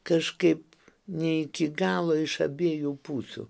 kažkaip ne iki galo iš abiejų pusių